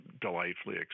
delightfully